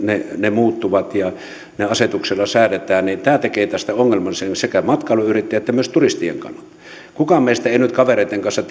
muuttuvat ja ne asetuksella säädetään eli tämä tekee tästä ongelmallisen sekä matkailuyrittäjien että myös turistien kannalta kukaan meistä ei nyt kavereitten kanssa